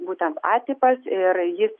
būtent a tipas ir jis